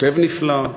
כותב נפלא,